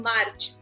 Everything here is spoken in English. March